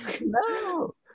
No